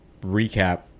recap